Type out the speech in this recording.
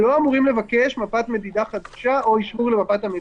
לא אמורים לבקש מפת מדידה חדשה או אישור למפת המדידה.